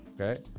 Okay